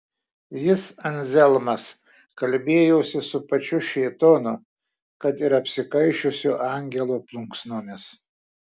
jis anzelmas kalbėjosi su pačiu šėtonu kad ir apsikaišiusiu angelo plunksnomis